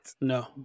No